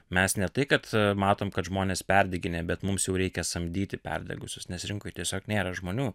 mes ne tai kad matom kad žmonės perdeginėja bet mums jau reikia samdyti perdegusius nes rinkoj tiesiog nėra žmonių